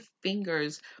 fingers